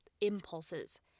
impulses